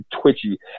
twitchy